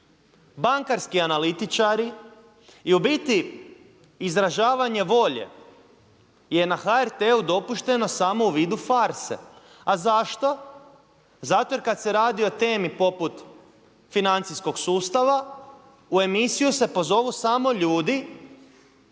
bankarski analitičari i u biti izražavanje volje je na HRT-u dopušteno samo u vidu farse. A zašto? Zato jer kada se radi o temi poput financijskog sustava, u emisiju se pozovu samo ljudi